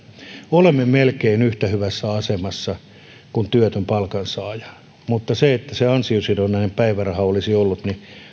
olemme melkein yhtä hyvässä asemassa kuin työtön palkansaaja mutta se että ansiosidonnainen päiväraha olisi ollut